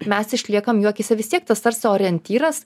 mes išliekam jų akyse vis tiek tas tarsi orientyras